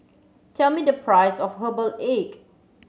tell me the price of herbal egg